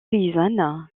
paysannes